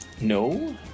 No